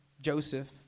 Joseph